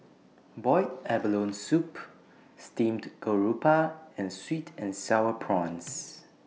boiled abalone Soup Steamed Garoupa and Sweet and Sour Prawns